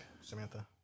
Samantha